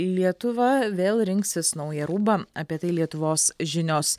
lietuva vėl rinksis naują rūbą apie tai lietuvos žinios